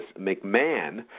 McMahon